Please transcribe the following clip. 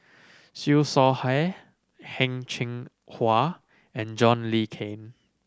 Siew Shaw Her Heng Cheng Hwa and John Le Cain